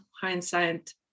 hindsight